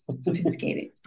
sophisticated